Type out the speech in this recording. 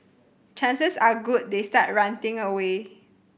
chances are good they start ranting away